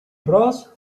bros